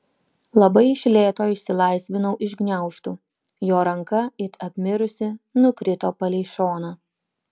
labai iš lėto išsilaisvinau iš gniaužtų jo ranka it apmirusi nukrito palei šoną